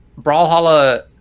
brawlhalla